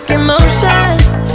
emotions